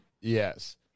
Yes